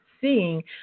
seeing